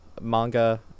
manga